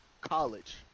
College